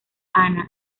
ana